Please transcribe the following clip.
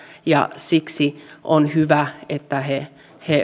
ja siksi on hyvä että he